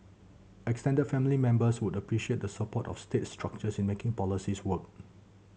extended family members would appreciate the support of state structures in making policies work